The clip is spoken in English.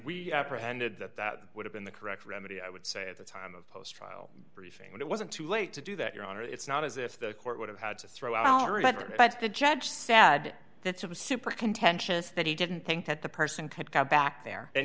pretended that that would have been the correct remedy i would say at the time of post trial briefing but it wasn't too late to do that your honor it's not as if the court would have had to throw out all but the judge said that's a super contentious that he didn't think that the person could go back there and